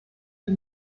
que